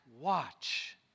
watch